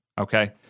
okay